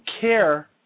care